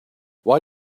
why